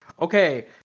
Okay